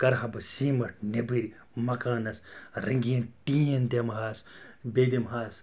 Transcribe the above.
کَرٕ ہا بہٕ سیٖمیٚنٛٹ نیٚبٕرۍ مکانَس رَنٛگیٖن ٹیٖن دِمہٕ ہاس بیٚیہِ دِمہٕ ہاس